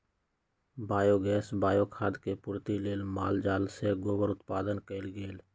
biogas, bio खाद के पूर्ति लेल माल जाल से गोबर उत्पादन कएल गेल